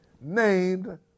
named